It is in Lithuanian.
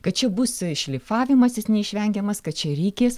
kad čia bus šlifavimasis neišvengiamas kad čia reikės